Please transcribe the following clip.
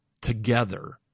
together